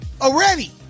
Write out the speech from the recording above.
Already